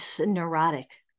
neurotic